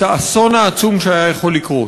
את האסון העצום שהיה יכול לקרות.